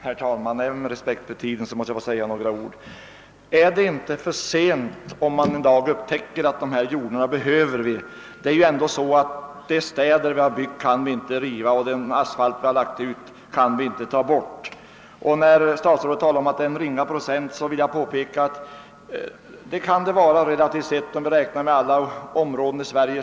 Herr talman! Även om jag har respekt för att tiden är knapp måste jag få säga några ord. E Om vi en dag upptäcker att vi behöver de jordar vi nu lägger ned kan det vara för sent — de städer vi byggt kan vi inte riva ned igen och den asfalt vi lagt kan vi inte ta bort. Med anledning av statsrådets uttalande att det endast är en ringa procent av den ur produktion tagna jordbruksmarken som används för bebyggelse vill jag säga, att så kan vara fallet om man räknar in alla jordbruksområden i Sverige.